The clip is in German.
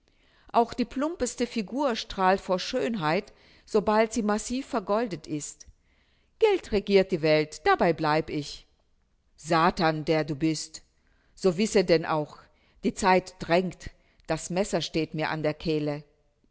auch die plumpste figur strahlt vor schönheit sobald sie massiv vergoldet ist geld regiert die welt dabei bleib ich satan der du bist so wisse denn auch die zeit drängt das messer steht mir an der kehle